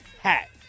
hat